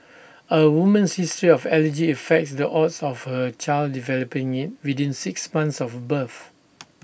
A woman's history of allergy affects the odds of her child developing IT within six months of birth